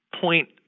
point